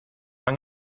han